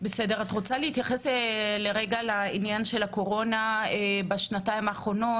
את רוצה להתייחס לעניין של הקורונה בשנתיים האחרות?